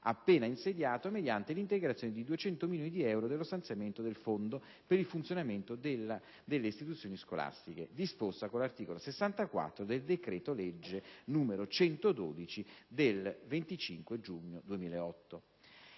appena insediato, mediante l'integrazione di 200 milioni di euro della stanziamento del fondo per il funzionamento delle istituzioni scolastiche, disposta con l'articolo 64 del decreto-legge 25 giugno 2008,